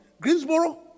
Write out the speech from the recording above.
Greensboro